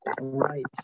Right